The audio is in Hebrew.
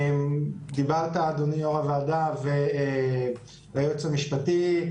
דיברתם, אדוני יו"ר הוועדה והיועץ המשפטי,